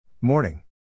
Morning